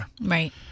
Right